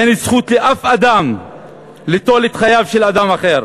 אין זכות לאף אדם ליטול את חייו של אדם אחר.